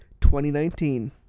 2019